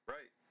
Right